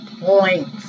points